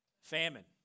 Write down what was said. Famine